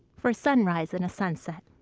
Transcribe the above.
for a sunrise and a sunset.